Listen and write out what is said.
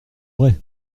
vrai